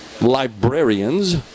librarians